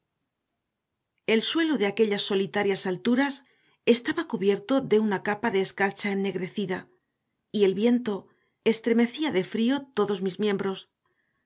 el suelo de aquellas solitarias alturas estaba cubierto de una capa de escarcha ennegrecida y el viento estremecía de frío todos mis miembros